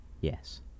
Yes